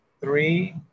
three